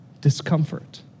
discomfort